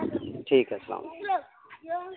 ٹھیک ہے اللام